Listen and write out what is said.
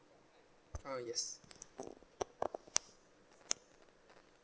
uh yes